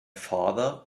father